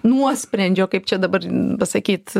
nuosprendžio kaip čia dabar pasakyt